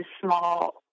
small